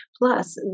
Plus